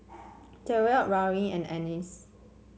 Tyriq Lauryn and Annice